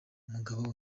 umugabo